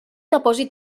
depòsit